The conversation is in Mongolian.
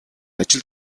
ажил